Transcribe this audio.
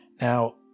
Now